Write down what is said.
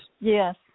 Yes